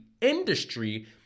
industry